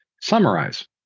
summarize